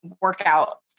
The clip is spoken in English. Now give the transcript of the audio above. workout